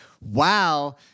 Wow